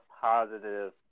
positive